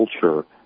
culture